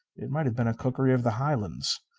it might have been a cookery of the highlands.